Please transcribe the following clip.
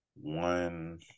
one